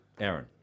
Aaron